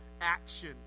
action